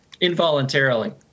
involuntarily